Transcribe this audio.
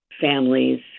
families